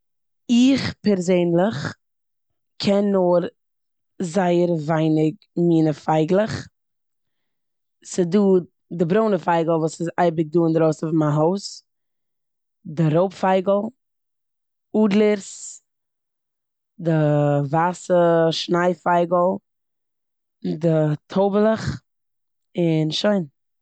איך פערזענליך קען נאר זייער ווייניג מינע פייגליך. ס'דא די ברוינע פייגל וואס איז אייביג דא אינדרויסן פון מיין הויז, די רויב פייגל, אדלערס, די ווייסע שניי פייגל, די טויבעלעך און שוין.